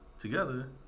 together